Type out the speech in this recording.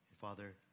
Father